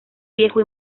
viejo